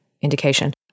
indication